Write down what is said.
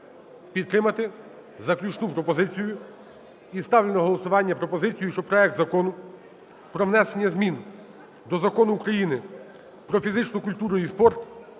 підтримати заключну пропозицію. І ставлю на голосування пропозицію, що проект Закону про внесення змін до Закону України "Про фізичну культуру і спорт"